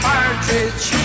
Partridge